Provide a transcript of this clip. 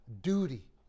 duty